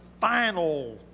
final